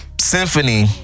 symphony